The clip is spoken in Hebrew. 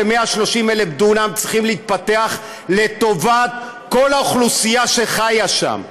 130,000 דונם צריכים להתפתח לטובת כל האוכלוסייה שחיה שם,